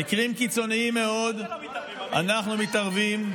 במקרים קיצוניים מאוד, אנחנו מתערבים.